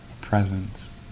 presence